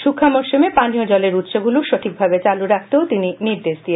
শুথা মরশুমে পানীয় জলের উৎসগুলো সঠিকভাবে চালু রাখতে তিনি নির্দেশ দেন